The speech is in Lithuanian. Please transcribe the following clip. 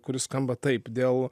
kuris skamba taip dėl